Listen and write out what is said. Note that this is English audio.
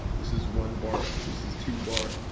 this is one bar, this is two bar.